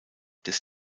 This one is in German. des